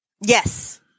Yes